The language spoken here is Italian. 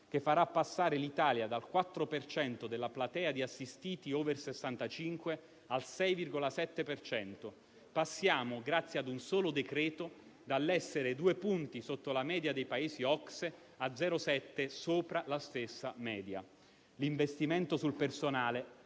che farà passare l'Italia dal 4 per cento della platea di assistiti *over* 65, al 6,7 per cento; passiamo, grazie a un solo decreto-legge, dall'essere due punti sotto la media dei Paesi OCSE a 0,7 punti sopra la stessa media. L'investimento sul personale